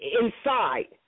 Inside